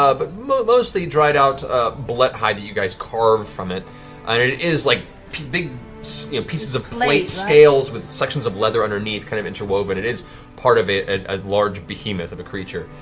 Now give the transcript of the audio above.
ah but mostly dried-out bulette hide that you guys carved from it. and it is like big you know pieces of plate scales with sections of leather underneath, kind of interwoven. it is part of a large behemoth of creature.